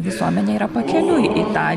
visuomenė yra pakeliui į tą